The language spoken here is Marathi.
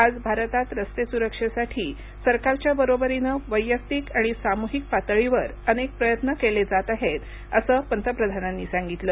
आज भारतात रस्ते सुरक्षेसाठी सरकारच्या बरोबरीन वैयक्तिक आणि सामूहिक पातळीवर अनेक प्रयत्न केले जात आहेत असं पंतप्रधानांनी सांगितलं